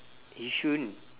yishun